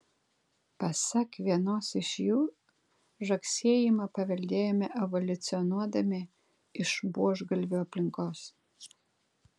pasak vienos iš jų žagsėjimą paveldėjome evoliucionuodami iš buožgalvių aplinkos